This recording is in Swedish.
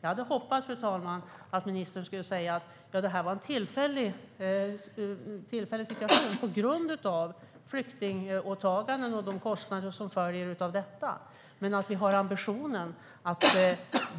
Jag hade hoppats att ministern skulle säga att detta var en tillfällig situation på grund av flyktingåtaganden och de kostnader som följer av detta men att vi har ambitionen att